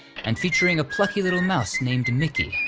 and featuring a plucky little mouse named mickey,